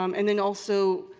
um and then also